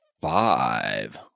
five